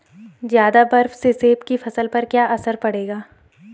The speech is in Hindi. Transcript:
ज़्यादा बर्फ से सेब की फसल पर क्या असर पड़ेगा?